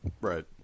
Right